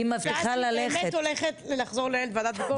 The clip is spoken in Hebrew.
ואז אני באמת הולכת, לחזור לנהל את ועדת ביקורת.